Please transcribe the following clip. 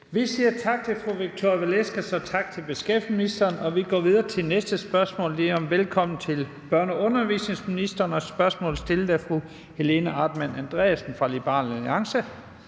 Vi siger tak til fru Victoria Velasquez og tak til beskæftigelsesministeren. Vi går videre til næste spørgsmål og byder velkommen til børne- og undervisningsministeren. Spørgsmålet er stillet af fru Helena Artmann Andresen fra Liberal Alliance.